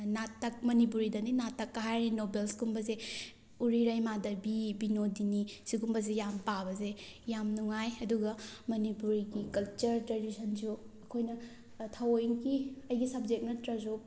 ꯅꯥꯇꯛ ꯃꯅꯤꯄꯨꯔꯤꯗꯅꯤ ꯅꯥꯇꯛꯀ ꯍꯥꯏꯔꯤꯕ ꯅꯣꯕꯦꯜꯁ ꯀꯨꯝꯕꯁꯦ ꯎꯔꯤꯔꯩ ꯃꯥꯙꯕꯤ ꯕꯤꯅꯣꯗꯤꯅꯤ ꯁꯤꯒꯨꯝꯕꯁꯦ ꯌꯥꯝ ꯄꯥꯕꯁꯦ ꯌꯥꯝ ꯅꯨꯡꯉꯥꯏ ꯑꯗꯨꯒ ꯃꯅꯤꯄꯨꯔꯤꯒꯤ ꯀꯜꯆꯔ ꯇ꯭ꯔꯦꯗꯤꯁꯟꯁꯨ ꯑꯩꯈꯣꯏꯅ ꯊꯥꯋꯣꯏꯡꯀꯤ ꯑꯩꯒꯤ ꯁꯕꯖꯦꯛ ꯅꯠꯇ꯭ꯔꯁꯨ